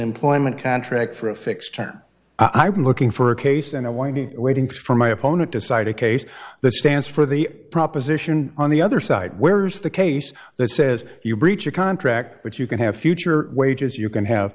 employment contract for a fixed term i'm looking for a case and a warning waiting for my opponent to cite a case that stands for the proposition on the other side where's the case that says you breach of contract but you can have future wages you can have